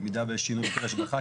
במידה ויש שינוי בהיטל השבחה,